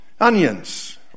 onions